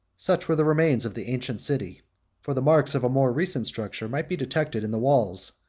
such were the remains of the ancient city for the marks of a more recent structure might be detected in the walls,